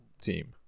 team